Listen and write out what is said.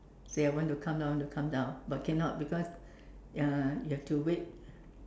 say I want to come down I want to come down but cannot because uh you have to wait